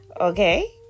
Okay